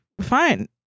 fine